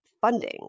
funding